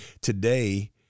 Today